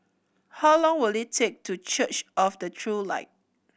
how long will it take to Church of the True Light